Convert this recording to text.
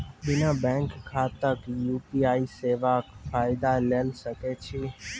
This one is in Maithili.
बिना बैंक खाताक यु.पी.आई सेवाक फायदा ले सकै छी?